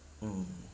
mm